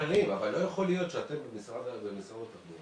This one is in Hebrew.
אבל חברים, לא יכול להיות שאתם במשרד התחבורה